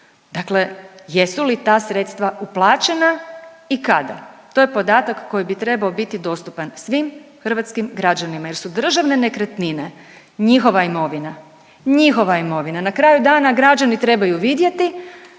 Dakle, jesu li ta sredstva uplaćena i kada? To je podatak koji bi trebao biti dostupan svim hrvatskim građanima jer su državne nekretnine, njihova imovina, njihova imovina na kraju dana građani trebaju vidjeti